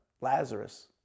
Lazarus